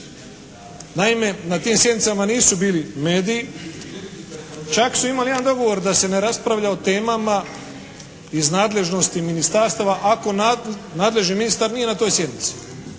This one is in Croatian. Naime, na tim sjednicama nisu bili mediji, čak su imali jedan dogovor da se ne raspravlja o temama iz nadležnosti ministarstava ako nadležni ministar nije na toj sjednici.